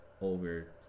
over